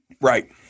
Right